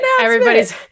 everybody's